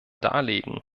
darlegen